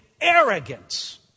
arrogance